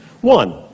One